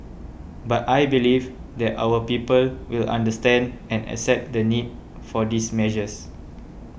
but I believe that our people will understand and accept the need for these measures